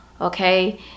okay